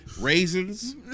raisins